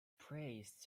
praised